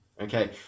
Okay